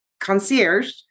concierge